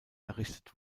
errichtet